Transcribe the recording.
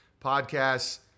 Podcasts